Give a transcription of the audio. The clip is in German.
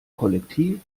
kollektiv